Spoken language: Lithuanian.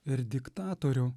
ir diktatorių